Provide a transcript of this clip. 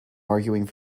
arguing